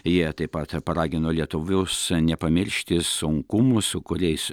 jie taip pat paragino lietuvius nepamiršti sunkumų su kuriais